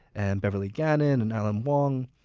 and beverly gannon, and alan wong.